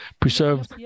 preserve